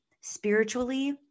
spiritually